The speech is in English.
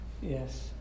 Yes